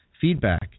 feedback